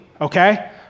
okay